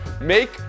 make